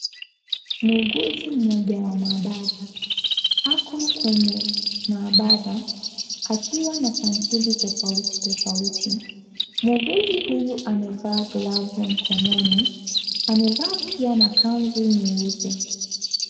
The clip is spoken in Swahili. Muuguzi mmoja wa maabara ako kwenye maabara akiwa na sampuli tofauti tofauti. Muuguzi huyu amevaa glavu mkononi, amevaa pia na kanzi nyeupe.